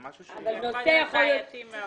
זה יכול להיות בעייתי מאוד.